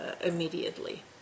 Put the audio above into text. immediately